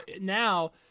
now